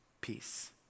peace